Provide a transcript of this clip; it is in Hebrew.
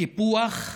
קיפוח.